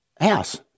house